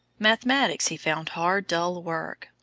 mathematics he found hard dull work,